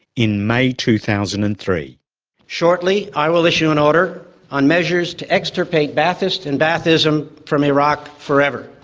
in may two thousand and three shortly i will issue an order on measures to extirpate ba'athists and ba'athism from iraq forever.